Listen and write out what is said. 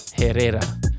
Herrera